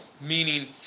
Meaning